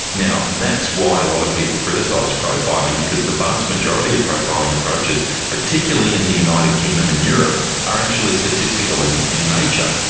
now that's why a lot of people criticise profiling because the vast majority of profiling approaches, particularly in the united kingdom and europe are actually statistical in in nature.